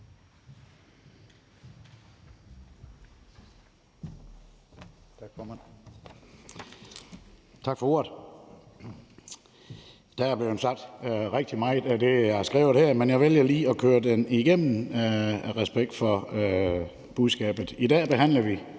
Tak for ordet. Der er blevet sagt rigtig meget af det, jeg har skrevet her, men jeg vælger lige at køre det igennem i respekt for budskabet. I dag behandler vi